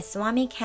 Swami